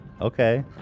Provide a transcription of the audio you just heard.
Okay